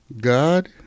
God